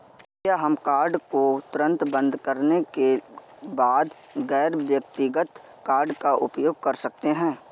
क्या हम कार्ड को तुरंत बंद करने के बाद गैर व्यक्तिगत कार्ड का उपयोग कर सकते हैं?